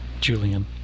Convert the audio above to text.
Julian